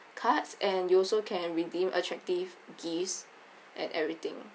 cards and you also can redeem attractive gifts and everything